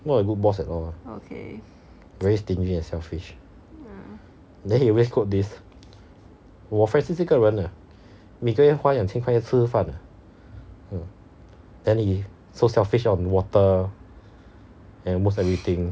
not a good boss at all very stingy and selfish then he always quote this 我 francis 这个人每个月花两千块要吃饭 then he so selfish on water and almost everything